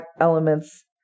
elements